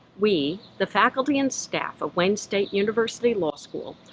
we, the faculty and staff of wayne state university law school,